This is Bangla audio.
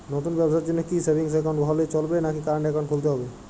নতুন ব্যবসার জন্যে কি সেভিংস একাউন্ট হলে চলবে নাকি কারেন্ট একাউন্ট খুলতে হবে?